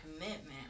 commitment